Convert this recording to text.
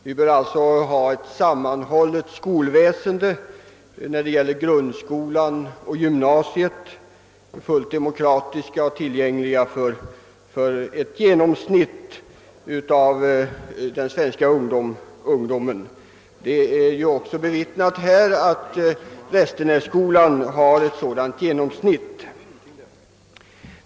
Vi bör ha ett sammanhållet skolväsende när det gäller grundskolan och gymnasiet, fullt demokratiskt och tillgängligt för ett genomsnitt av den svenska ungdomen. Det har också omvittnats här i kammaren att Restenässkolan har ett sådant genomsnitt.